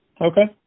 Okay